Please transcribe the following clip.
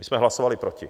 My jsme hlasovali proti.